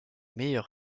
meilleur